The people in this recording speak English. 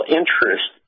interest